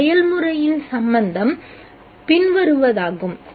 இந்த செயல்முறையின் சம்பந்தம் பின்வருவதாகும்